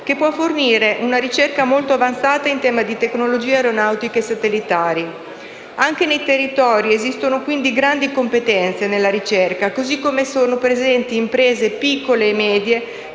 che può fornire una ricerca molto avanzata in tema di tecnologie aeronautiche e satellitari. Anche nei territori esistono quindi grandi competenze nella ricerca, così come sono presenti imprese piccole e medie